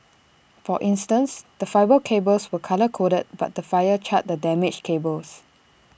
for instance the fibre cables were colour coded but the fire charred the damaged cables